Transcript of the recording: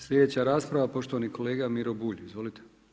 Slijedeća rasprava poštovani kolega Miro Bulj, izvolite.